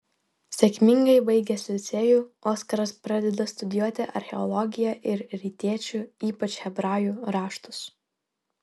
sėkmingai baigęs licėjų oskaras pradeda studijuoti archeologiją ir rytiečių ypač hebrajų raštus